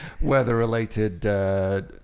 weather-related